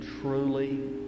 truly